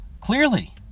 Clearly